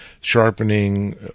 sharpening